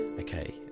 okay